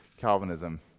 calvinism